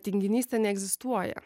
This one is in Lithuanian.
tinginystė neegzistuoja